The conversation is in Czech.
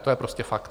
To je prostě fakt.